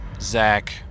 Zach